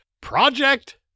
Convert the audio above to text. Project